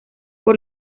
por